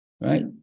right